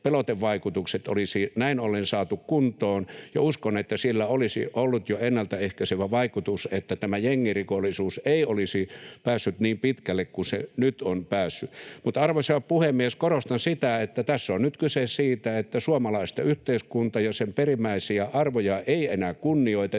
Pelotevaikutukset olisi näin ollen saatu kuntoon, ja uskon, että sillä olisi ollut jo ennaltaehkäisevä vaikutus, että tämä jengirikollisuus ei olisi päässyt niin pitkälle kuin se nyt on päässyt. Arvoisa puhemies! Korostan sitä, että tässä on nyt kyse siitä, että suomalaista yhteiskuntaa ja sen perimmäisiä arvoja ei enää kunnioiteta,